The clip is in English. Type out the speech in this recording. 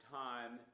time